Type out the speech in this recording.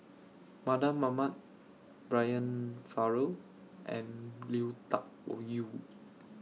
Mardan Mamat Brian Farrell and Lui Tuck Yew